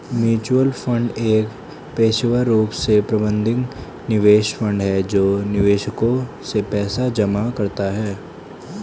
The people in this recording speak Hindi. म्यूचुअल फंड एक पेशेवर रूप से प्रबंधित निवेश फंड है जो निवेशकों से पैसा जमा कराता है